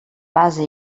base